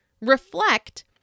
reflect